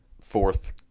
fourth